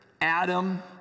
Adam